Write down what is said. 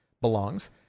belongs